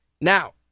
Now